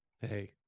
hey